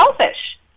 selfish